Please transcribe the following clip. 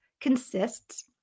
consists